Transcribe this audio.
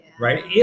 right